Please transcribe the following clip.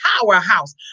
powerhouse